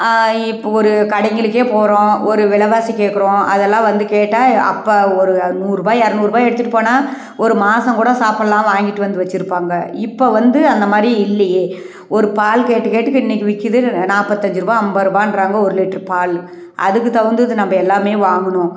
இப்போ ஒரு கடைங்களுக்கே போகிறோம் ஒரு வெலைவாசி கேட்குறோம் அதெல்லாம் வந்து கேட்டால் அப்போ ஒரு நூறுரூபா இரநூறுபா எடுத்துகிட்டு போனால் ஒரு மாதங்கூட சாப்பிட்லாம் வாங்கிட்டு வந்து வச்சுருப்பாங்க இப்போ வந்து அந்தமாதிரி இல்லையே ஒரு பால் கெட்ட கேட்டுக்கு இன்றைக்கி விற்கிது நாற்பத்தஞ்சு ரூபா ஐம்பது ரூபான்றாங்கோ ஒரு லிட்ரு பால் அதுக்கு தகுந்தது நம்ப எல்லாமே வாங்கணும்